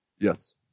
Yes